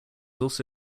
also